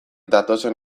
datozen